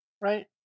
right